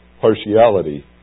partiality